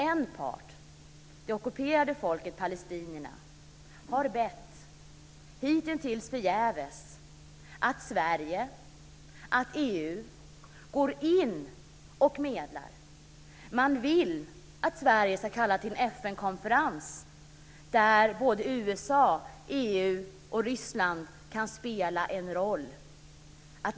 En part, det ockuperade palestinska folket, har bett, hitintills förgäves, att Sverige och EU går in och medlar. Man vill att Sverige ska kalla till en FN konferens där USA, EU och Ryssland kan spela en roll.